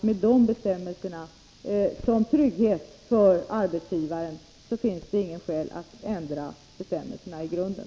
Med dessa bestämmelser som trygghet för arbetsgivaren tycker jag inte att det finns något skäl att ändra i grunden.